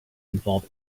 involve